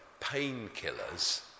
painkillers